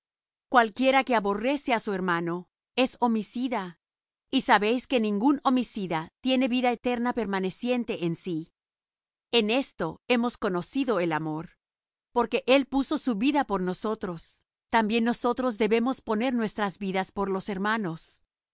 cualquiera que aborrece á su hermano es homicida y sabéis que ningún homicida tiene vida eterna permaneciente en sí en esto hemos conocido el amor porque él puso su vida por nosotros también nosotros debemos poner nuestras vidas por los hermanos